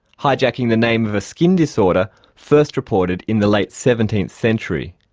hijacking the name of a skin disorder first reported in the late seventeenth century.